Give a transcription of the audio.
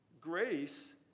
Grace